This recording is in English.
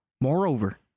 Moreover